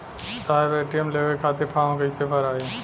साहब ए.टी.एम लेवे खतीं फॉर्म कइसे भराई?